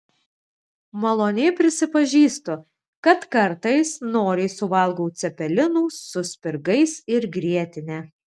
maloniai prisipažįstu kad kartais noriai suvalgau cepelinų su spirgais ir grietine